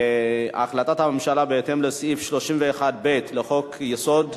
החלטת הממשלה בהתאם לסעיף 31(ב) לחוק-יסוד,